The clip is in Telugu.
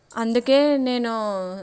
అందుకే నేను